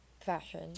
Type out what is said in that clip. Fashion